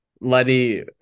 Letty